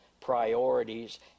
priorities